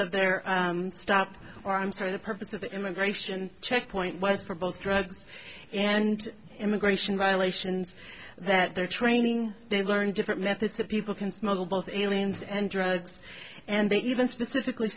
of their stop arms for the purpose of the immigration checkpoint was for both drugs and immigration violations that they're training they learn different methods that people can smuggle both aliens and drugs and they even specifically